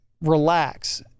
relax